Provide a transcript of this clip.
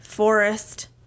forest